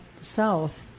south